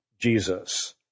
Jesus